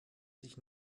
sich